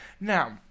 Now